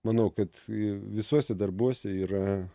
manau kad visuose darbuose yra